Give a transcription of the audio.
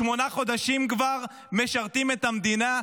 כבר שמונה חודשים משרתים את המדינה.